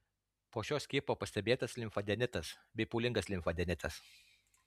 po šio skiepo pastebėtas limfadenitas bei pūlingas limfadenitas